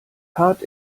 tat